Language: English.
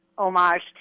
Homage